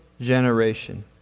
generation